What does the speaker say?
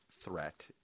threat